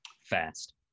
fast